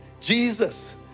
Jesus